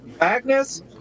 Agnes